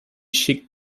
schick